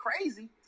crazy